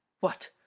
what!